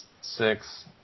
six